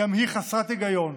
גם היא חסרת היגיון,